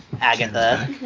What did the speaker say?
Agatha